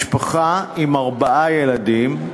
משפחה עם ארבעה ילדים,